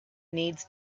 needs